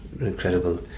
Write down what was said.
incredible